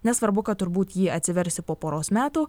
nesvarbu kad turbūt jį atsiversi po poros metų